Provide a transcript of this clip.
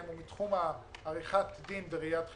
הוא מתחום עריכת דין וראיית חשבון,